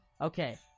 Okay